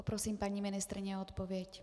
Poprosím paní ministryni o odpověď.